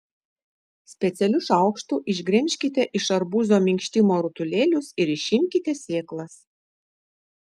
specialiu šaukštu išgremžkite iš arbūzo minkštimo rutulėlius ir išimkite sėklas